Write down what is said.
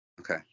Okay